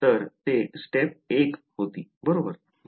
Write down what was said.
तर ते step १ होती